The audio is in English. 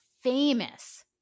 famous